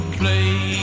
play